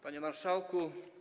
Panie Marszałku!